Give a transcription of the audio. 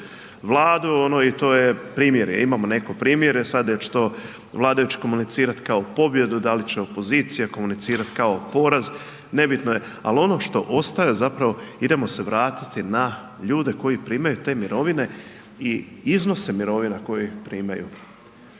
vladu i to je primirje. Imamo neko primirje sada hoće li to vladajući komunicirati kao pobjedu, da li će opozicija komunicirati kao poraz nebitno je. Ali ono što ostaje idemo se vratiti na ljude koji primaju te mirovine i iznose mirovina koje primaju.